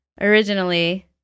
originally